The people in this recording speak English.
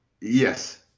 Yes